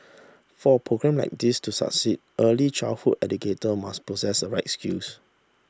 for programme like these to succeed early childhood educator must possess a right skills